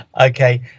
Okay